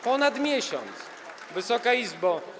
ponad miesiąc, Wysoka Izbo.